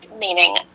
meaning